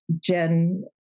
Jen